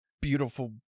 beautiful